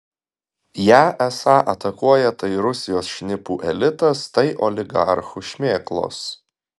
ją esą atakuoja tai rusijos šnipų elitas tai oligarchų šmėklos